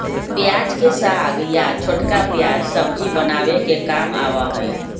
प्याज के साग या छोटका प्याज सब्जी बनावे के काम आवा हई